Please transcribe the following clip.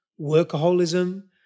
workaholism